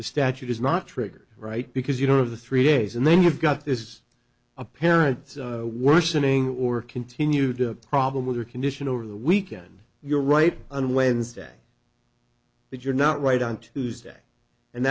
the statute is not triggered right because you don't have the three days and then you've got this apparent worsening or continued a problem with her condition over the weekend you're right on wednesday that you're not right on tuesday and